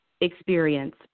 experience